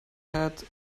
had